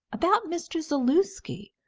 about mr. zaluski?